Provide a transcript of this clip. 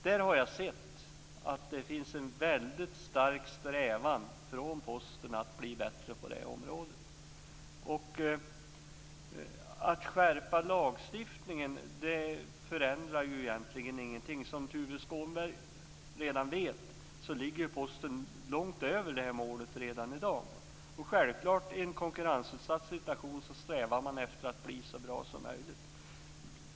Där har jag sett att det finns en mycket stark strävan från Posten att bli bättre på detta område. Att skärpa lagstiftningen förändrar ju egentligen ingenting. Som Tuve Skånberg redan vet ligger Posten redan i dag långt över detta mål. Och om man är konkurrensutsatt strävar man självklart efter att bli så bra som möjligt.